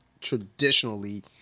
traditionally